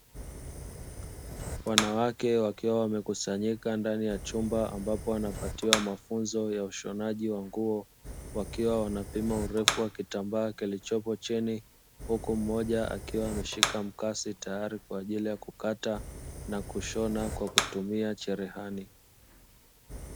Wanawake wakiwa wamekusanyika ndani ya chumba ambapo wanapatiwa mafunzo ya ushinaji wa nguo, wakiwa wanapima urefu wa kitambaa kilichopo chini, huku mmoja akiwa ameshika mkasi tayari kwa ajili ya kukata, na kushona kwa kutumia cherehani.